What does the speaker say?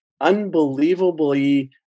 unbelievably